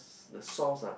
the sauce ah